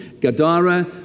Gadara